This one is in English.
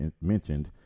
mentioned